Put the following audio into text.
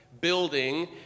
building